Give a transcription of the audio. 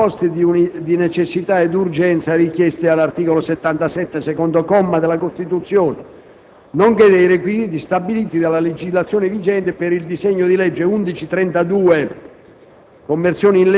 dei presupposti di necessità e di urgenza richiesti dall'articolo 77, secondo comma, della Costituzione, nonché dei requisiti stabiliti dalla legislazione vigente, per il disegno di legge: